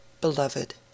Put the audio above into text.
beloved